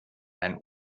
mein